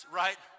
right